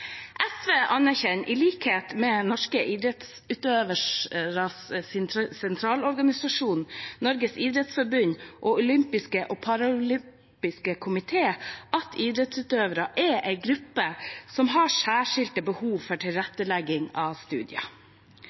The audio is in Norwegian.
SV anerkjenner i likhet med Norske Idrettsutøveres Sentralorganisasjon og Norges idrettsforbund og olympiske og paraolympiske komité at idrettsutøvere er en gruppe som har særskilte behov for tilrettelegging av studier.